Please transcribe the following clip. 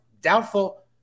Doubtful